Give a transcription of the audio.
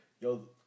yo